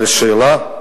אבל השאלה היא